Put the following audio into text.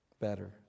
better